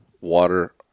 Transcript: water